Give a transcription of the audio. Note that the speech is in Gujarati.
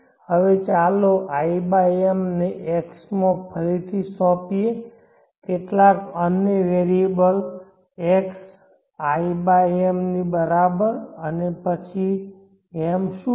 હવે ચાલો i m ને x માં ફરીથી સોંપીએ કેટલાક અન્ય વેરીએબલ x im ની બરાબર અને પછી m શું છે